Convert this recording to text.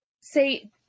say